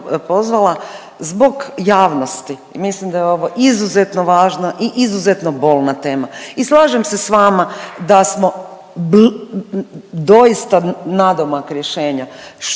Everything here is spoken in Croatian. pozvala zbog javnosti i mislim da je ovo izuzetno važna i izuzetno bolna tema i slažem se s vama da smo doista nadomak rješenja.